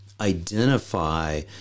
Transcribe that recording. identify